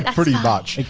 um pretty much.